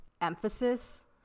Emphasis